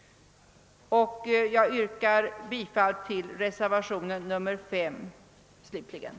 Slutligen yrkar jag bifall till reservationen d vid E i utskottets hemställan.